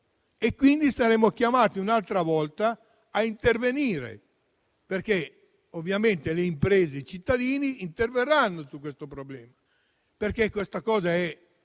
Quindi, saremo chiamati un'altra volta a intervenire, perché le imprese e i cittadini interverranno su questo problema, perché questa cosa è